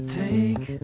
take